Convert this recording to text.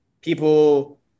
people